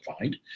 find